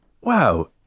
Wow